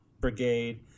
brigade